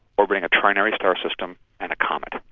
orbiting a trinary star system and a comet.